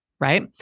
right